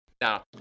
now